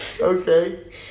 Okay